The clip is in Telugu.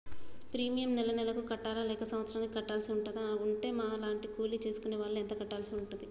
ప్రీమియం నెల నెలకు కట్టాలా లేక సంవత్సరానికి కట్టాల్సి ఉంటదా? ఉంటే మా లాంటి కూలి చేసుకునే వాళ్లు ఎంత కట్టాల్సి ఉంటది?